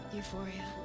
Euphoria